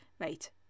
wait